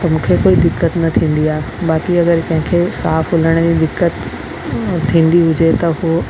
त मूंखे कोई दिक़तु न थींदी आहे मूंखे अगरि कंहिंखें साह फुलण जी दिक़तु थींदी हुजे त हू